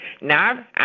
Now